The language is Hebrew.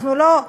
אנחנו לא,